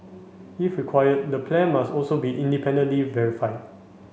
if required the plan must also be independently verified